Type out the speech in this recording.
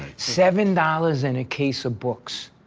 seven dollars and a case of books,